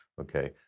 okay